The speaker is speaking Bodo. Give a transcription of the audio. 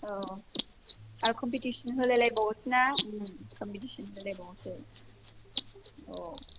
अ आरो कम्पिटिसन होलाय लायबावोसोना कम्पिटिसन होलायबावोसो अ